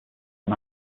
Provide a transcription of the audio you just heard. can